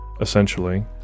essentially